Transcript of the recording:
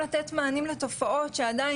הם לא מבינים מה נעשה עם זה אחר כך.